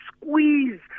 squeeze